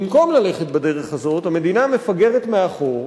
במקום ללכת בדרך הזאת, המדינה מפגרת מאחור.